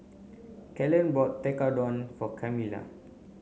Kalen bought Tekkadon for Camilla